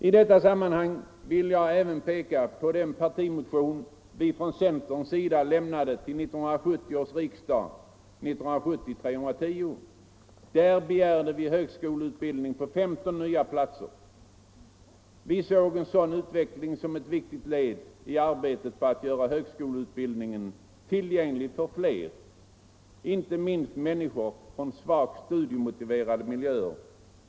I detta sammanhang vill jag även peka på den partimotion vi från centerns sida lämnade till 1970 års riksdag . Där begärde vi högskoleutbildning på 15 nya platser. Vi såg en sådan utveckling som ett viktigt led i arbetet på att göra högskoleutbildningen tillgänglig för fler —- inte minst människor från svagt studiemotiverade miljöer.